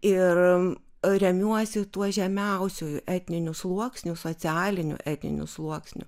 ir remiuosi tuo žemiausiuoju etniniu sluoksniu socialiniu etniniu sluoksniu